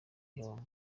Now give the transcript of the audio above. gihombo